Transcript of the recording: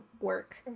work